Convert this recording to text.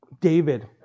David